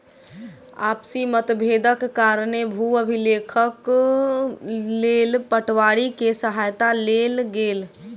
आपसी मतभेदक कारणेँ भू अभिलेखक लेल पटवारी के सहायता लेल गेल